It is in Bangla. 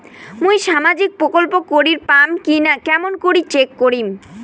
মুই সামাজিক প্রকল্প করির পাম কিনা কেমন করি চেক করিম?